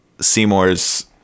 Seymour's